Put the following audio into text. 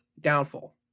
downfall